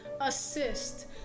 assist